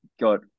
got